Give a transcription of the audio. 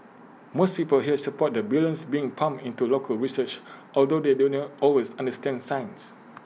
most people here support the billions being pumped into local research although they do not always understand science